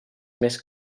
més